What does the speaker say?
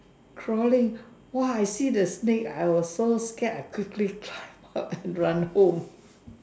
crawling !wah! I see the snake I was so scared I quickly climb up and run home